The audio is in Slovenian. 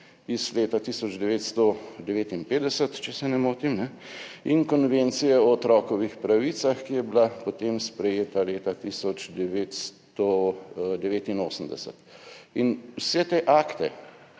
iz leta 1959, če se ne motim in Konvencije o otrokovih pravicah, ki je bila potem sprejeta leta 1989. In vse te akte